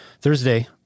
Thursday